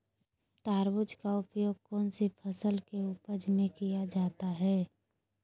तराजू का उपयोग कौन सी फसल के उपज में किया जाता है?